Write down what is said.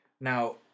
Now